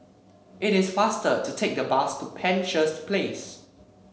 it is faster to take a bus to Penshurst Place